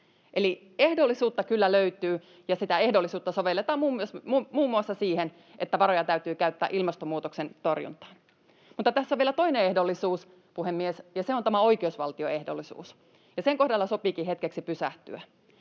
ehdollisuutta kyllä löytyy, ja sitä ehdollisuutta sovelletaan muun muassa siihen, että varoja täytyy käyttää ilmastonmuutoksen torjuntaan. Mutta tässä on vielä toinen ehdollisuus, puhemies, ja se on tämä oikeusvaltioehdollisuus, ja sen kohdalla sopiikin hetkeksi pysähtyä.